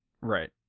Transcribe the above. Right